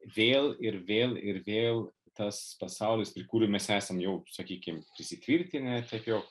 vėl ir vėl ir vėl tas pasaulis ir kurį mes esam jau sakykim prisitvirtinę taip jau